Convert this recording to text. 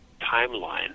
timeline